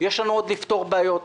יש לנו עוד לפתור בעיות,